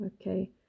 okay